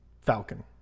Falcon